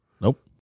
Nope